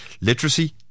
literacy